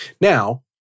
Now